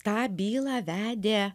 tą bylą vedė